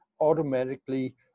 automatically